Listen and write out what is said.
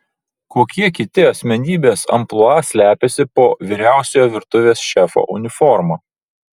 kokie kiti asmenybės amplua slepiasi po vyriausiojo virtuvės šefo uniforma